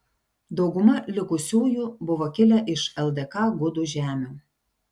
dauguma likusiųjų buvo kilę iš ldk gudų žemių